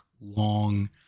long